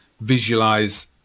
visualize